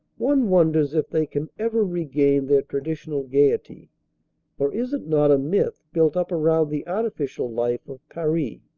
one wonders if they can ever regain their traditional gaiety or is it not a myth built up around the artificial life of paris?